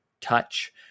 touch